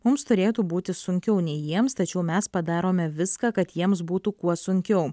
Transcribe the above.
mums turėtų būti sunkiau nei jiems tačiau mes padarome viską kad jiems būtų kuo sunkiau